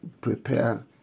prepare